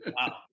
Wow